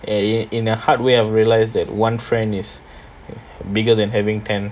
and i~ in the heart where I realised that one friend is bigger than having ten